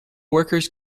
workers